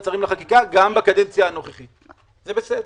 שרים לחקיקה גם בקדנציה הנוכחית זה בסדר.